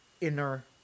inner